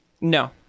No